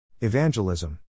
Evangelism